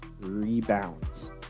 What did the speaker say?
rebounds